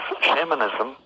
shamanism